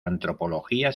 antropología